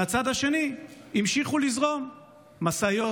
מהצד השני, המשיכו לזרום משאיות